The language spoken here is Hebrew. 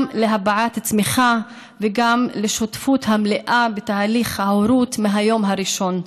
גם להבעת תמיכה וגם לשותפות המלאה בתהליך ההורות מהיום הראשון.